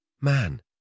man